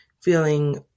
feeling